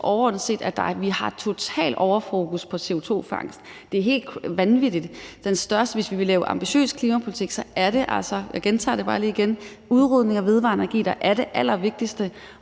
overordnet set har et totalt overfokus på CO2-fangst; det er helt vanvittigt. Hvis vi vil lave ambitiøs klimapolitik, er det altså – jeg gentager det bare lige igen – udrulningen af vedvarende energi, der er det allervigtigste,